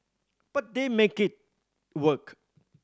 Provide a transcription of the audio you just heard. but they make it work